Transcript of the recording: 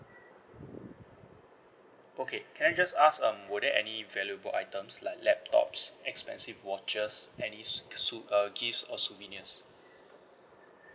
okay can I just ask um were there any valuable items like laptops expensive watches any sou~ sou~ uh gifts or souvenirs